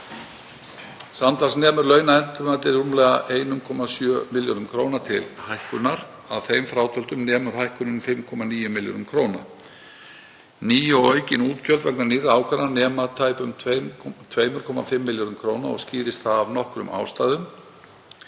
Samtals nemur launaendurmatið rúmlega 1,7 milljörðum kr. til hækkunar. Að þeim frátöldum nemur hækkunin 5,9 milljörðum kr. Ný og aukin útgjöld vegna nýrra ákvarðana nema tæpum 2,5 milljörðum kr. og skýrist það af nokkrum ástæðum.